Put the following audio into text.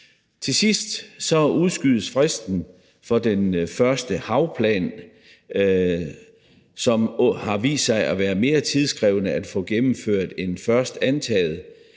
Til sidst udskydes fristen for den første havplan, som har vist sig at være mere tidskrævende at få gennemført end først antaget.